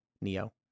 Neo